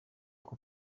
uko